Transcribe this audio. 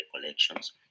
collections